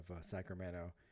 Sacramento